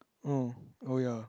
uh oh ya